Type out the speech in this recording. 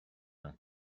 than